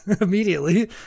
immediately